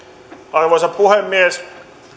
arvoisa puhemies